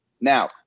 Now